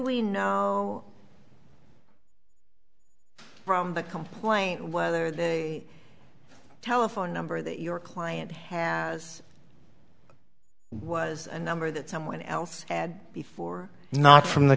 we know from the complaint whether the telephone number that your client has was a number that someone else had before not from the